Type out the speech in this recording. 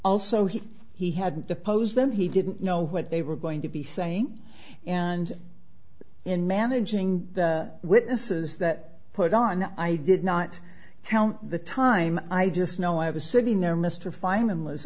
also he he had opposed them he didn't know what they were going to be saying and in managing the witnesses that put on i did not count the time i just know i was sitting there mr fein